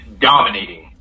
dominating